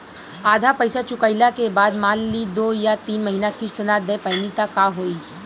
आधा पईसा चुकइला के बाद मान ली दो या तीन महिना किश्त ना दे पैनी त का होई?